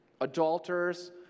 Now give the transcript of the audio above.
adulterers